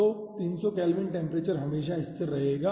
तो 300 kelvin temperature हमेशा स्थिर रहेगा